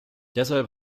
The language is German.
deshalb